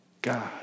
God